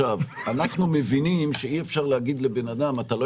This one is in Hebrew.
אנחנו מבינים שאי אפשר להגיד לבן אדם שאתה לא